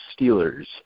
Steelers